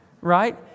right